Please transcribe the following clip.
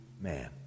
man